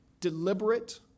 deliberate